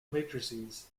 matrices